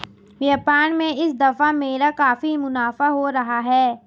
व्यापार में इस दफा मेरा काफी मुनाफा हो रहा है